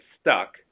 stuck